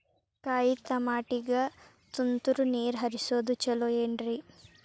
ಕಾಯಿತಮಾಟಿಗ ತುಂತುರ್ ನೇರ್ ಹರಿಸೋದು ಛಲೋ ಏನ್ರಿ?